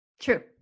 True